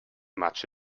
much